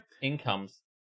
Incomes